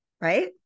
right